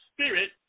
Spirit